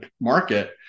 market